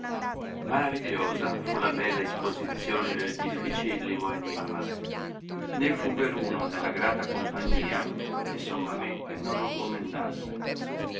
maravigliosa fu la bella isposizione del diffìcillimo enimma né fu veruno nella grata compagnia che sommameme non lo coniendasse